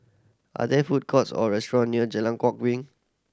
are there food courts or restaurant near Jalan Kwok Min